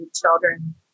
children